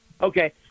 Okay